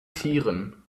tieren